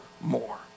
more